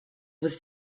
with